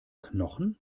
knochen